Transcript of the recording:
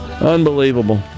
Unbelievable